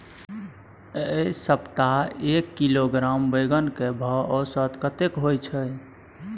ऐ सप्ताह एक किलोग्राम बैंगन के भाव औसत कतेक होय छै?